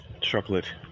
chocolate